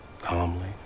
calmly